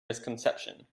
misconception